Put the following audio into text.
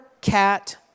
cat